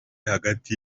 hagati